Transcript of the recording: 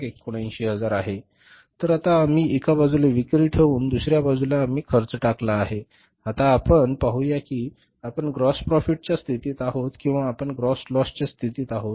तर आता आम्ही एका बाजूला विक्री ठेवून दुसर्या बाजूला आम्ही खर्च टाकला आहे आता आपण पाहूया की आपण ग्राॅस प्रोफिट च्या स्थितीत आहोत किंवा आपण ग्राॅस लाॅसच्या स्थितीत आहोत